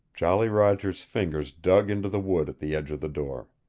jolly roger's fingers dug into the wood at the edge of the door.